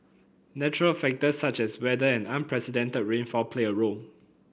natural factors such as weather and unprecedented rainfall play a role